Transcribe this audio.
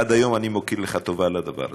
עד היום אני מכיר לך טובה על הדבר הזה.